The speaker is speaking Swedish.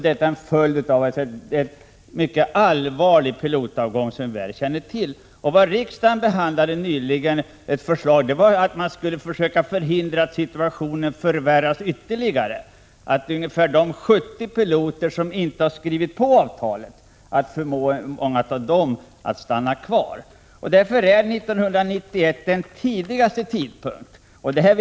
Detta är en följd av den mycket allvarliga pilotavgången, som vi väl känner till. Det förslag som riksdagen nyligen behandlade i den här frågan gällde att man skulle försöka förhindra att situationen förvärrades ytterligare. Man ville försöka förmå många av de ungefär 70 piloter som då inte skrivit på avtalet att stanna kvar. År 1991 är mot den bakgrunden den tidigaste tidpunkt som kan gälla.